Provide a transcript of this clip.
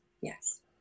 Yes